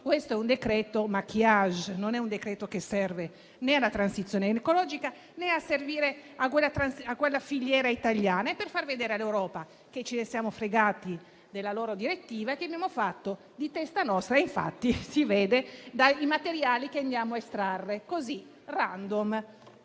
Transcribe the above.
questo è un decreto *maquillage*, che non serve né alla transizione ecologica, né alla filiera italiana. Serve per far vedere all'Europa che ce ne siamo fregati della loro direttiva e che abbiamo fatto di testa nostra; lo si vede dai materiali che andiamo a estrarre, così, random.